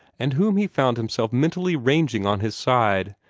and whom he found himself mentally ranging on his side,